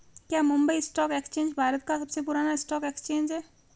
क्या Mumbai stock exchange Bharat का सबसे पुराना स्टॉक एक्सचेंज है?